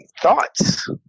thoughts